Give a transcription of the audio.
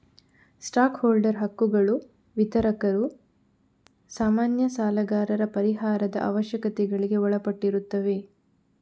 stock holder ಹಕ್ಕುಗಳು ವಿತರಕರ, ಸಾಮಾನ್ಯ ಸಾಲಗಾರರ ಪರಿಹಾರದ ಅವಶ್ಯಕತೆಗಳಿಗೆ ಒಳಪಟ್ಟಿರುತ್ತವೆ